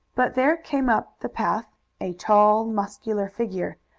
but there came up the path a tall, muscular figure,